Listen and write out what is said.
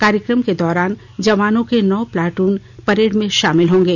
कार्यकम के दौरान जवानों के नौ प्लाटून परेड में शामिल होंगे